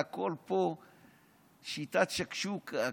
והכול פה שיטת שקשוקה.